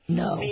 no